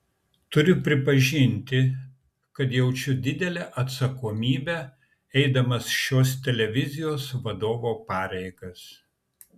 turiu pripažinti kad jaučiu didelę atsakomybę eidamas šios televizijos vadovo pareigas